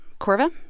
Corva